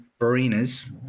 barinas